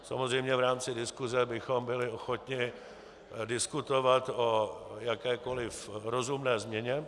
Samozřejmě v rámci diskuse bychom byli ochotni diskutovat o jakékoliv rozumné změně.